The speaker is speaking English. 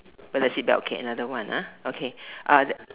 but the seat belt okay another one okay lah